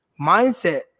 mindset